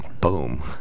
Boom